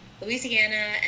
Louisiana